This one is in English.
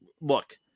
Look